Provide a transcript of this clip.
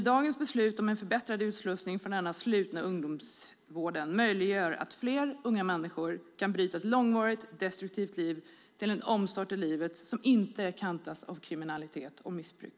Dagens beslut om en förbättrad utslussning från den slutna ungdomsvården möjliggör att fler unga människor kan bryta ett långvarigt destruktivt liv och få en omstart i livet som inte kantas av kriminalitet och missbruk.